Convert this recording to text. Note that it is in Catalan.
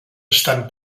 estan